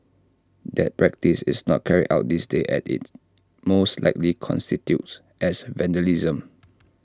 that practice is not carried out these days as IT most likely constitutes as vandalism